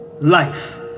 life